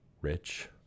rich